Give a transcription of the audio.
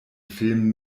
film